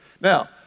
Now